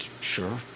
Sure